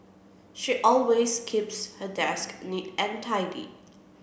she always keeps her desk neat and tidy